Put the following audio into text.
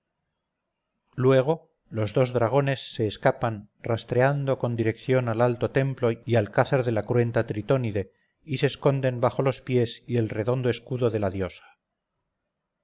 luego los dos dragones se escapan rastreando con dirección al alto templo y alcázar de la cruenta tritónide y se esconden bajo los pies y el redondo escudo de la diosa